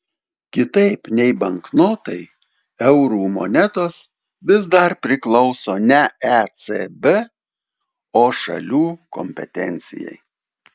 kitaip nei banknotai eurų monetos vis dar priklauso ne ecb o šalių kompetencijai